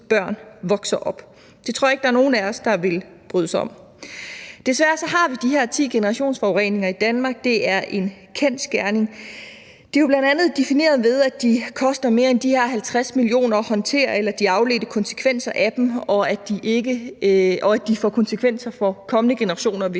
børn vokser op. Det tror jeg ikke der er nogen af os der ville bryde os om. Desværre har vi de her ti generationsforureninger i Danmark. Det er en kendsgerning. De er jo bl.a. defineret ved, at de eller de afledte konsekvenser af dem koster mere end 50 mio. kr. at håndtere, og at de får konsekvenser for kommende generationer, hvis